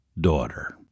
daughter